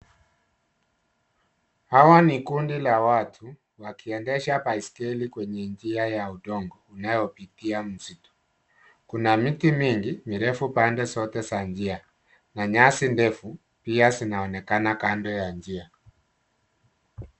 Hawa ni kundi la watu wakiendesha baiskeli kwenye njia ya udongo inayopitia msituni . Kuna miti mingi mirefu pande zote za njia na nyasi ndefu pia zinaonekana kando ya njia.